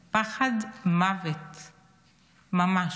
פחד מוות ממש.